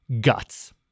guts